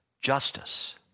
justice